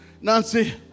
Nancy